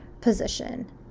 position